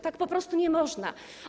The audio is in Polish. Tak po prostu nie można.